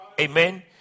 amen